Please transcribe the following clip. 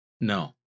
No